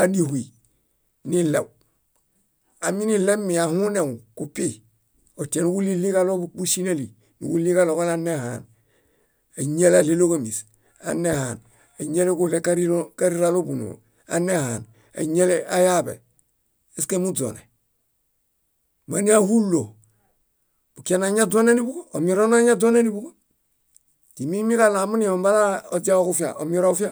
ánihuy niɭew, aminiɭemi ahuneu kupi otia núġuɭiɭiġaɭo buŝanali núġuɭiġaɭo koleanehaan áñaleaɭeloġamis, anehaan áñaleġuɭew karĩralo búnoo, anehaan áñale ayaaḃe eske muźone. Máñahulo bukianañaźoneniḃuġo? Omironaźoneniḃuġo. Timiimiġaɭo aminihom bala oźiaġofia, omirofa.